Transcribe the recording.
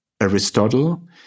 Aristotle